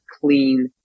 clean